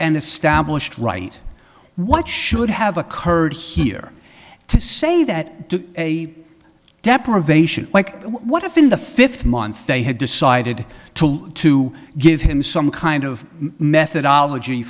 established right what should have occurred here to say that a deprivation like what if in the fifth month they had decided to to give him some kind of methodology